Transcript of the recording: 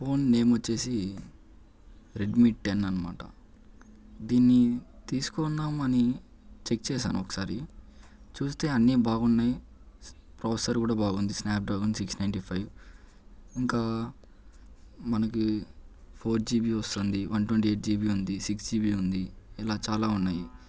ఆ phone name వచ్చేసి Redmi ten అన్నమాట దీన్ని తీసుకొన్నాం అని చెక్ చేశాను ఒకసారి చూస్తే అన్నీ బాగున్నాయి ప్రాసెసర్ కూడా బాగుంది Snapdragon six twenty five ఇంకా మనకి ఫోర్ జీబీ వస్తుంది వన్ ట్వంటీ ఎయిట్ జీబీ ఉంది సిక్స్ జీబీ ఉంది ఇలా చాలా ఉన్నాయి